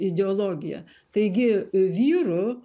ideologija taigi vyrų